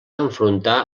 enfrontar